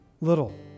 little